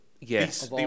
Yes